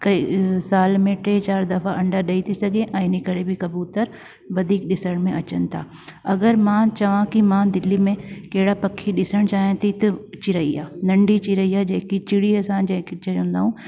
कई साल में ट्रे चारि दफ़ा अंडा ॾई था सघे ऐं इन करे बि कबूतर वधीक ॾिसण में अचनि था अगरि मां चवां कि मां दिल्ली में कहिड़ा पखी ॾिसण चाहियां थी त चिरैया नंढी चिरैया जेकी चिड़ी असां जेकी चवंदा आहियूं